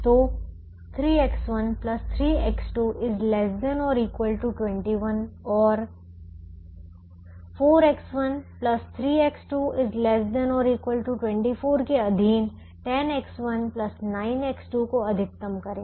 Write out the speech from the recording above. तो 3X1 3X2 ≤ 21 और 4X1 3X2 ≤ 24 के अधीन 10X1 9X2 को अधिकतम करें